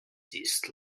this